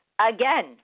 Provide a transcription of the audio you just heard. Again